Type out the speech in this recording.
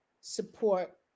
support